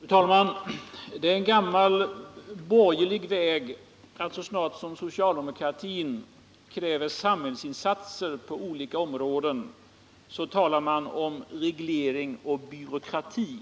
Fru talman! Det är en gammal borgerlig metod att så snart socialdemokratin kräver samhällsinsatser på olika områden tala om reglering och byråkrati.